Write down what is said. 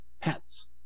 pets